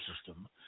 system